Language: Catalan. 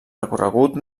recorregut